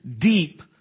deep